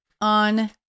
on